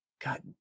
God